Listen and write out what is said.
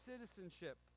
citizenship